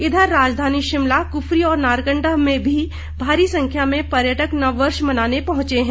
इधर राजधानी शिमला कुफरी और नारकण्डा में भी भारी संख्या में पर्यटक नववर्ष मनाने पहुंचे हैं